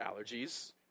allergies